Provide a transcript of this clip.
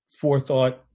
forethought